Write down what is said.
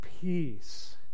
peace